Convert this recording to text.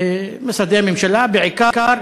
במשרדי ממשלה, בעיקר